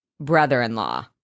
brother-in-law